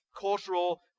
cultural